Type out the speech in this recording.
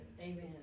Amen